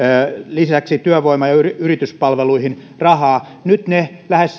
lisäksi työvoimayrityspalveluihin rahaa nyt niiden lähes